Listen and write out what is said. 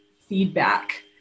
feedback